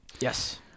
Yes